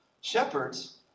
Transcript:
Shepherds